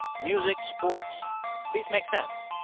music, sports these make sense.